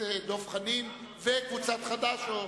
דב חנין וקבוצת חד"ש?